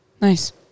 Nice